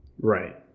Right